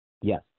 Yes